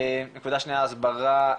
נקודה שנייה הסברה,